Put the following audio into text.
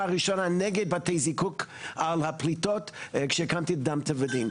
הראשונה נגד בתי זיקוק על הפליטות כשהקמתי את אדם טבע ודין.